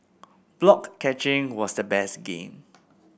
block catching was the best game